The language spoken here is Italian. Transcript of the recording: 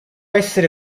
essere